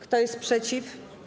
Kto jest przeciw?